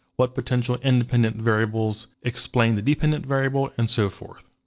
what potential independent variables explain the dependent variable and so forth.